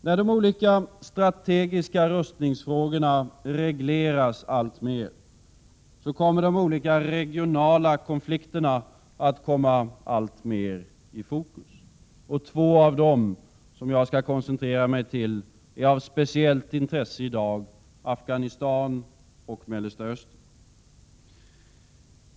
När de strategiska rustningsfrågorna regleras, kommer de olika regionala konflikterna att komma allt mer i fokus. Två av dem, som jag skall koncentrera mig på, är av speciellt intresse i dag: Afghanistan och Mellersta Östern.